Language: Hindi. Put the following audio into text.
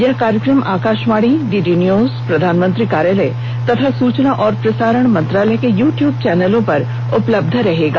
यह कार्यक्रम आकाशवाणी डीडी न्यूज प्रधानमंत्री कार्यालय तथा सूचना और प्रसारण मंत्रालय के यू ट्यूब चैनलों पर उपलब्ध रहेगा